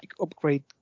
upgrade